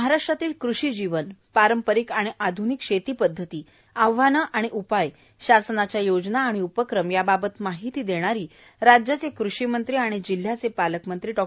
महाराष्ट्रातील कृषीजीवन पारंपरिक आणि आध्निक शेती पद्धती आव्हाने आणि उपाय शासनाच्या योजना आणि उपक्रम याबाबत माहिती देणारी राज्याचे कृषी मंत्री आणि जिल्ह्याचे पालकमंत्री डॉ